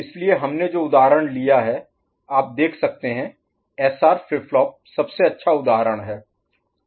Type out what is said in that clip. इसलिए हमने जो उदाहरण लिया है आप देख सकते हैं एसआर फ्लिप फ्लॉप सबसे अच्छा उदाहरण है